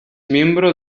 miembro